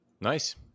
Nice